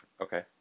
Okay